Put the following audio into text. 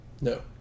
No